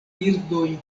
birdoj